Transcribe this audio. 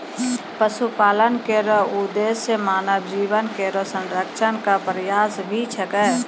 पशुपालन केरो उद्देश्य मानव जीवन केरो संरक्षण क प्रयास भी छिकै